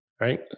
right